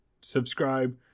subscribe